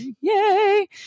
Yay